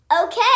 Okay